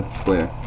square